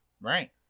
Right